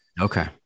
Okay